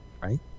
Right